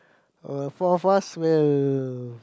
uh four of us will